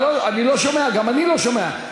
גם אני לא שומע.